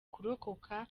kurokoka